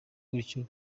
gutyo